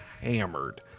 hammered